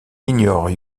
ignore